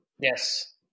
Yes